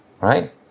right